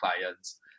clients